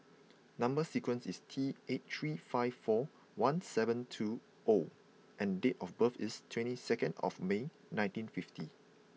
number sequence is T eight three five four one seven two O and date of birth is twenty second of May nineteen fifty